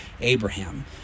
Abraham